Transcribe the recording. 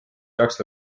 peaks